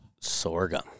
Sorghum